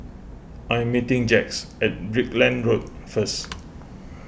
I am meeting Jax at Brickland Road first